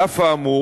על אף האמור,